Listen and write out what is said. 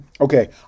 Okay